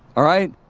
all right